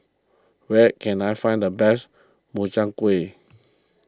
where can I find the best Makchang Gui